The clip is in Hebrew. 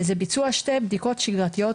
זה ביצוע שתי בדיקות שגרתיות,